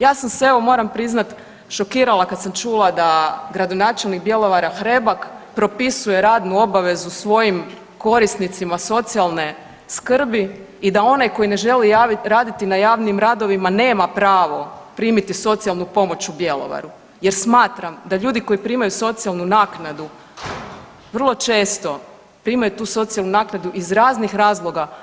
Ja sam se evo moram priznat šokirala kad sam čula da gradonačelnik Bjelovara Hrebak propisuje radnu obavezu svojim korisnicima socijalne skrbi i da onaj koji ne želi raditi na javnim radovima nema pravo primiti socijalnu pomoć u Bjelovaru jer smatram da ljudi koji primaju socijalnu naknadu vrlo često primaju tu socijalnu naknadu iz raznih razloga.